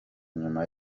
nyuma